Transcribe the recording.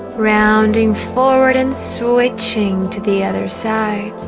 rounding forward and switching to the other side